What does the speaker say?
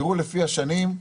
תראו לפי השנים,